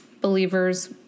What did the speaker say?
believers